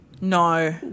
No